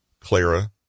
Clara